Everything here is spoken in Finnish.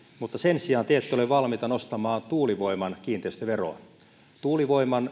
mutta sen sijaan te ette ole valmiita nostamaan tuulivoiman kiinteistöveroa valtaosa tuulivoiman